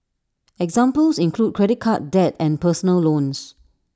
examples include credit card debt and personal loans